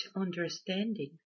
understanding